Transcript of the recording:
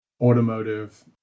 automotive